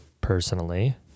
Personally